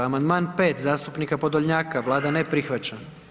Amandman 5. zastupnika Podolnjaka, Vlada ne prihvaća.